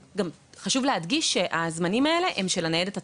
חשוב להדגיש שהזמנים האלה הם של הניידת עצמה,